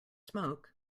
smoke